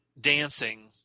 dancing